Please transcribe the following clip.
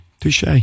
Touche